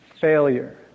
Failure